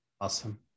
Awesome